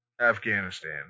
Afghanistan